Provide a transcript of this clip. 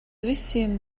visiem